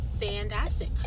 fantastic